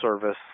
service